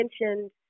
mentioned